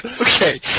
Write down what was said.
Okay